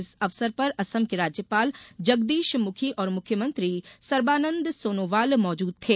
इस अवसर पर असम के राज्यपाल जगदीश मुखी और मुख्यमंत्री सर्बानंद सोनोवाल मौजूद थे